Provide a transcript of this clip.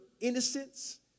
innocence